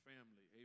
family